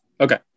Okay